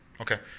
okay